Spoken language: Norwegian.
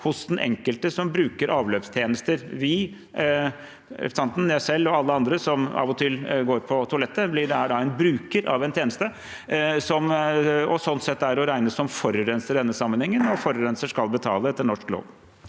hos den enkelte som bruker avløpstjenester. Vi – representanten, jeg selv og alle andre som av og til går på toalettet – er da en bruker av en tjeneste og slik sett å regne som forurenser i denne sammenhengen. Forurenser skal betale etter norsk lov.